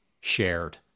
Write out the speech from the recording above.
shared